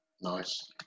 Nice